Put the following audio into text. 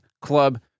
Club